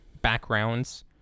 backgrounds